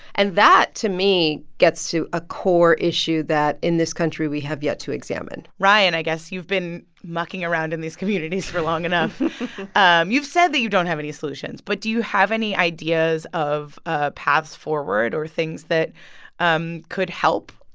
and that, to me, gets to a core issue that, in this country, we have yet to examine ryan, i guess you've been mucking around in these communities for long enough um you've said that you don't have any solutions. but do you have any ideas of ah paths forward or things that um could help?